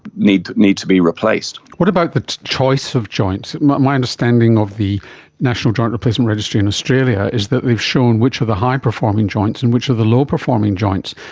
needs needs to be replaced. what about the choice of joints? my understanding of the national joint replacement registry in australia is that they've shown which are the high performing joints and which are the low performing joints,